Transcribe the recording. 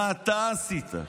מה אתה עשית?